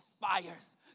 fires